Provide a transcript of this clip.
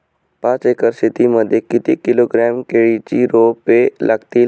पाच एकर शेती मध्ये किती किलोग्रॅम केळीची रोपे लागतील?